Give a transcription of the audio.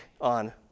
on